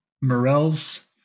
Morels